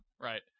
Right